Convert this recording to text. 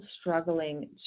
struggling